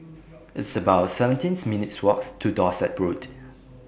It's about seventeenth minutes' Walk to Dorset Road